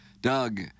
Doug